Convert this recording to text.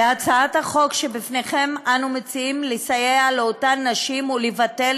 בהצעת החוק שלפניכם אנו מציעים לסייע לאותן נשים ולבטל